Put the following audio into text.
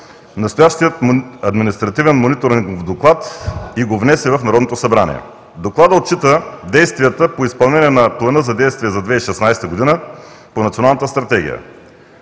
настоящия Административен мориторингов доклад, и го внесе в Народното събрание. Докладът отчита действията по изпълнение на Плана за действие за 2016 г. по Националната стратегия.